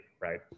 right